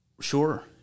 Sure